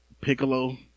Piccolo